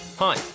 Hi